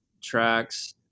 tracks